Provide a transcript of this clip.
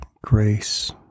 grace